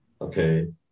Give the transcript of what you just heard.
Okay